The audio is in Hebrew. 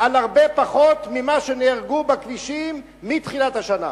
על הרבה פחות ממה שנהרגו בכבישים מתחילת השנה,